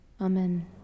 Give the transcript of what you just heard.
Amen